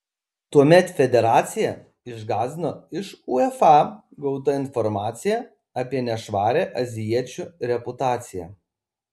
tuomet federaciją išgąsdino iš uefa gauta informacija apie nešvarią azijiečių reputaciją